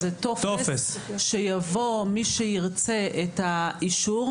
זה טופס שיבוא מי שירצה את האישור,